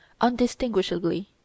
undistinguishably